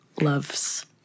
loves